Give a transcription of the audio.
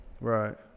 Right